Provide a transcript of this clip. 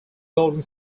boarding